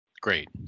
Great